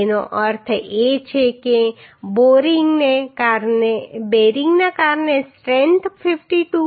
તેનો અર્થ એ છે કે બેરિંગને કારણે સ્ટ્રેન્થ 52